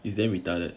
they damn retarded